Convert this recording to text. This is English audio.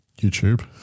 YouTube